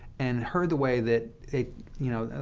and heard the way that you know,